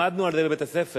למדנו על זה בבית-הספר,